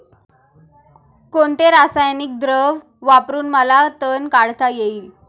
कोणते रासायनिक द्रव वापरून मला तण काढता येईल?